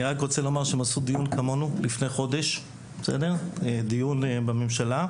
אני רוצה להגיד שלפני חודש הם עשו דיון בממשלה.